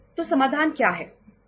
तो समाधान क्या है